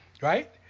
right